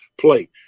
play